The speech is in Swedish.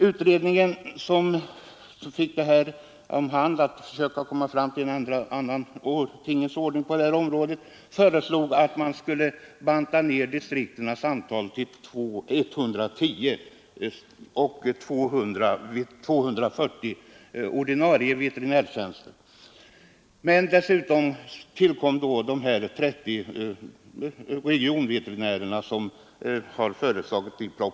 Utredningen, som fick i uppdrag att utforma en distriktsindelning, föreslog en nedbantning av distriktens antal till 110 med 230 ordinarie veterinärtjänster. Dessutom föreslog utredningen 30 tjänster som regionveterinär.